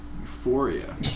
euphoria